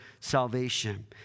salvation